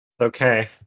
Okay